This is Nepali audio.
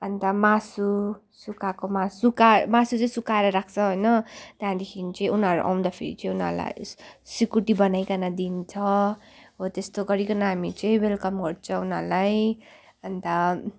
अन्त मासु सुकाएको मासु सुका मासु चाहिँ सुकाएर राख्छ होइन त्यहाँदेखि चाहिँ उनीहरू आउँदाखेरि चाहिँ उनीहरूलाई सिकुटी बनाइकिन दिन्छ हो त्यस्तो गरिकन हामी चाहिँ वेलकम गर्छौँ उनीहरूलाई अन्त